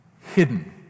Hidden